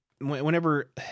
Whenever